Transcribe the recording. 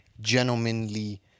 gentlemanly